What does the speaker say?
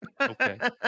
Okay